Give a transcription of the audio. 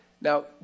Now